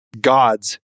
God's